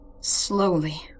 slowly